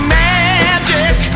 magic